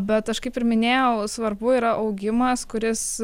bet aš kaip ir minėjau svarbu yra augimas kuris